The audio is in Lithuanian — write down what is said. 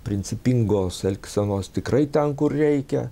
principingos elgsenos tikrai ten kur reikia